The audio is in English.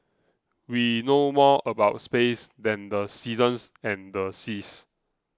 we know more about space than the seasons and the seas